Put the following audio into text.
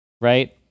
Right